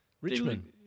Richmond